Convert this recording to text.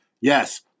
yes